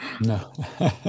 No